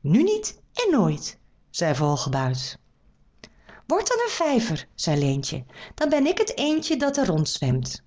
nu niet en nooit zei vogelbuit word dan een vijver zei leentje dan ben ik het eendje dat er rondzwemt